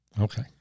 okay